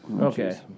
Okay